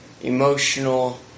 emotional